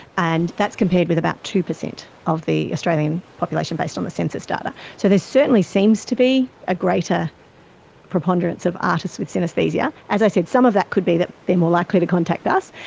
and that's compared with about two percent of the australian population based on the census data. so there certainly seems to be a greater preponderance of artists with synaesthesia. as i said, some of that could be that they're more likely to contact us,